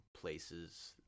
places